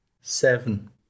seven